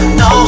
no